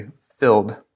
filled